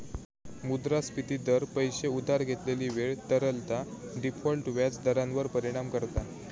मुद्रास्फिती दर, पैशे उधार घेतलेली वेळ, तरलता, डिफॉल्ट व्याज दरांवर परिणाम करता